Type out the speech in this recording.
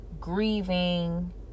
grieving